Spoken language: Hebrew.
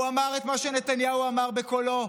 הוא אמר את מה שנתניהו אמר בקולו.